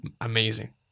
amazing